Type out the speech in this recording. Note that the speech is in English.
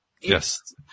Yes